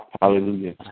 Hallelujah